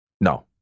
No